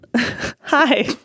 Hi